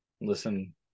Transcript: listen